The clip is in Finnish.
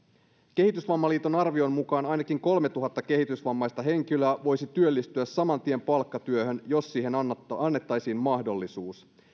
kehitysvammaliiton arvion mukaan ainakin kolmetuhatta kehitysvammaista henkilöä voisi työllistyä saman tien palkkatyöhön jos siihen annettaisiin mahdollisuus